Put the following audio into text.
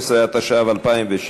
13), התשע"ו 2016,